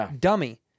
dummy